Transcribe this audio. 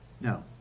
no